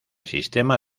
sistema